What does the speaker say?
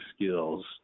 skills